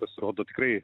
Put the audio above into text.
pasirodo tikrai